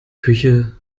küche